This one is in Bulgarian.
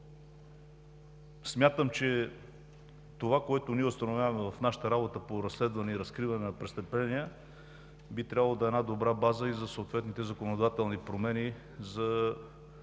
Смятам, че това, което ние установяваме в нашата работа по разследване и разкриване на престъпления, би трябвало да е една добра база и за съответните законодателни промени за